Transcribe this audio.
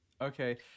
Okay